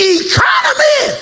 economy